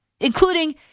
including